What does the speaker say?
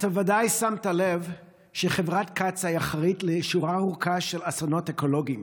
אתה ודאי שמת לב שחברת קצא"א אחראית לשורה ארוכה של אסונות אקולוגיים,